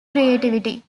creativity